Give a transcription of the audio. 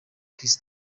crystal